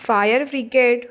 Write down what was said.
fire brigade